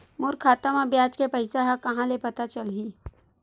मोर खाता म ब्याज के पईसा ह कहां ले पता चलही?